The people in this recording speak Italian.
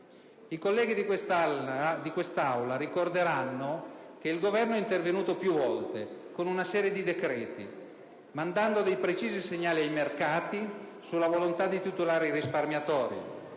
I colleghi di quest'Aula ricorderanno che il Governo è intervenuto più volte con una serie di decreti, mandando dei precisi segnali ai mercati sulla volontà di tutelare i risparmiatori,